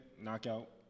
knockout